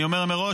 אני אומר מראש,